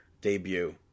debut